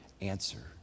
answer